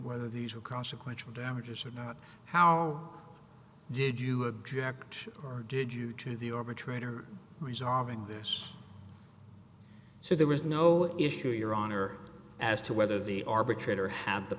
whether these are consequential damages or not how did you object or did you to the arbitrator resolving this so there was no issue your honor as to whether the arbitrator had the